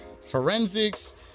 forensics